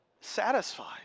satisfied